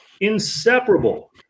inseparable